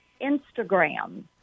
Instagram